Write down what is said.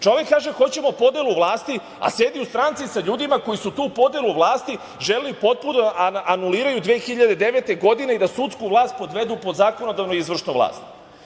Čovek kaže hoćemo podelu vlasti, a sedi u stranci sa ljudima koji su tu podelu vlasti želeli potpuno da anuliraju 2009. godine i da sudsku vlast podvedu pod zakonodavnu i izvršnu vlast.